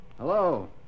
hello